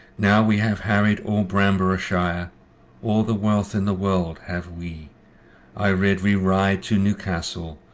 now we have harried all bamborough shire all the wealth in the world have we i rede we ride to newcastle,